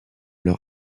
leur